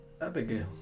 Abigail